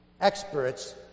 Experts